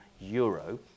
Euro